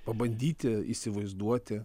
pabandyti įsivaizduoti